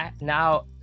now